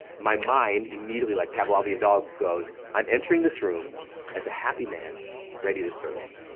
my mind immediately, like pavlovian dog goes, i'm entering this room as a happy man ready to serve,